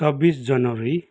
छब्बिस जनवरी